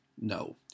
No